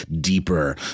deeper